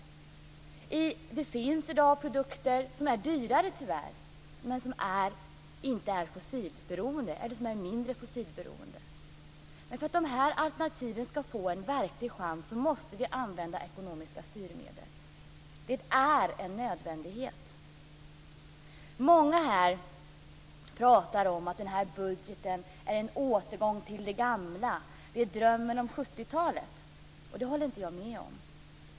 Det finns i dag produkter som tyvärr är dyrare men som inte är fossilberoende eller som är mindre fossilberoende. Men för att de här alternativen ska få en verklig chans måste vi använda ekonomiska styrmedel. Det är en nödvändighet. Många här pratar om att den här budgeten är en återgång till det gamla, att det är drömmen om 70 Det håller inte jag med om.